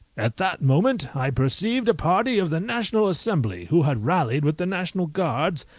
at that moment i perceived a party of the national assembly, who had rallied with the national guards,